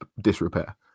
disrepair